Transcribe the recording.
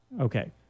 Okay